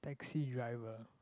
taxi driver